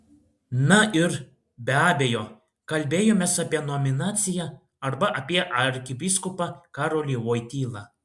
na ir be abejo kalbėjomės apie nominaciją arba apie arkivyskupą karolį voitylą